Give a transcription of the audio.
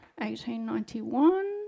1891